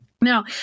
Now